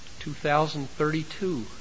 2032